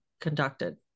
conducted